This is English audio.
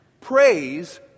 Praise